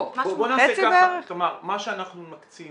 מה שאנחנו מקצים